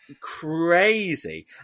crazy